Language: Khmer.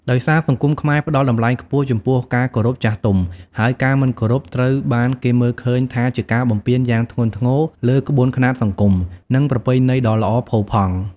ដោយសារសង្គមខ្មែរផ្ដល់តម្លៃខ្ពស់ចំពោះការគោរពចាស់ទុំ ហើយការមិនគោរពត្រូវបានគេមើលឃើញថាជាការបំពានយ៉ាងធ្ងន់ធ្ងរលើក្បួនខ្នាតសង្គម និងប្រពៃណីដ៏ល្អផូរផង់។